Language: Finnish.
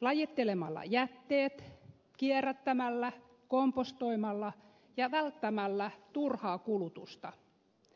lajittelemalla jätteet kierrättämällä kompostoimalla ja välttämällä turhaa kulutusta